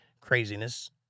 craziness